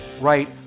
right